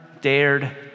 dared